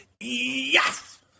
Yes